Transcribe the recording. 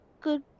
good